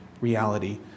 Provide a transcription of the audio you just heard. reality